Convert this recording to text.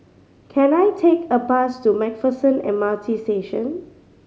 can I take a bus to Macpherson M R T Station